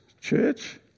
Church